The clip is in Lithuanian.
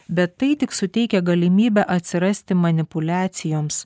bet tai tik suteikia galimybę atsirasti manipuliacijoms